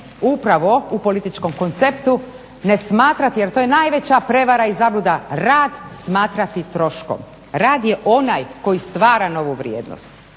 upravo u političkom konceptu, ne smatrati jer to je najveća prevara i zabluda rad smatrati troškom. Rad je onaj koji stvara novu vrijednost